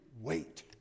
wait